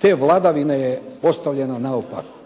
te vladavine je postavljena naopako.